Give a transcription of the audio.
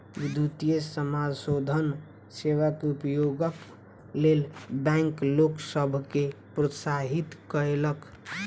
विद्युतीय समाशोधन सेवा के उपयोगक लेल बैंक लोक सभ के प्रोत्साहित कयलक